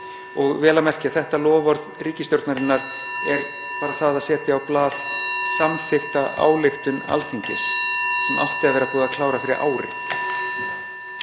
Og vel að merkja, þetta loforð ríkisstjórnarinnar (Forseti hringir.) er bara það að setja á blað samþykkta ályktun Alþingis sem átti að vera búið að klára fyrir ári.